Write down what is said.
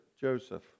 Joseph